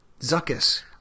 Zuckus